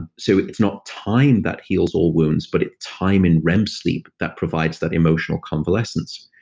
so it's not time that heals all wounds but it's time in rem sleep that provides that emotional convalescence